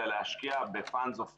אלא להשקיע ב-fund of funds,